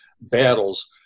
battles